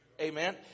Amen